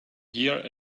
here